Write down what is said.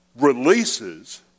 releases